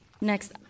Next